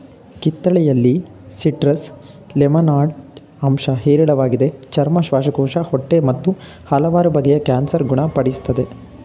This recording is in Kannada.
ಕಿತ್ತಳೆಯಲ್ಲಿ ಸಿಟ್ರಸ್ ಲೆಮನಾಯ್ಡ್ ಅಂಶ ಹೇರಳವಾಗಿದೆ ಚರ್ಮ ಶ್ವಾಸಕೋಶ ಹೊಟ್ಟೆ ಮತ್ತು ಹಲವಾರು ಬಗೆಯ ಕ್ಯಾನ್ಸರ್ ಗುಣ ಪಡಿಸ್ತದೆ